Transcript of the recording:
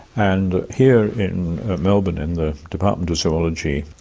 and here in melbourne, in the department of zoology,